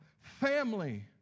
family